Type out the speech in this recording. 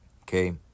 okay